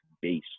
base